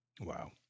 Wow